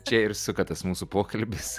čia ir suka tas mūsų pokalbis